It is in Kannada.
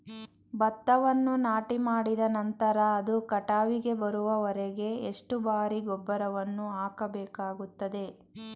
ಭತ್ತವನ್ನು ನಾಟಿಮಾಡಿದ ನಂತರ ಅದು ಕಟಾವಿಗೆ ಬರುವವರೆಗೆ ಎಷ್ಟು ಬಾರಿ ಗೊಬ್ಬರವನ್ನು ಹಾಕಬೇಕಾಗುತ್ತದೆ?